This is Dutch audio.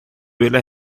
willen